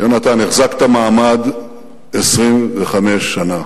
יונתן, החזקת מעמד 25 שנה,